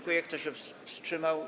Kto się wstrzymał?